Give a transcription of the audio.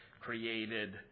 created